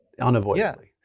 unavoidably